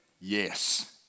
yes